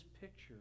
picture